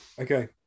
Okay